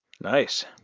Nice